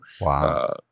Wow